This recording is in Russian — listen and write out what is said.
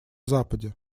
западе